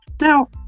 Now